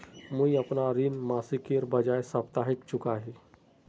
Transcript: मुईअपना ऋण मासिकेर बजाय साप्ताहिक चुका ही